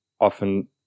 often